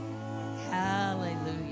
Hallelujah